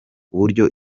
uburyo